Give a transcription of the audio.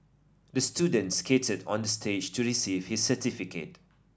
the student skated on the stage to receive his certificate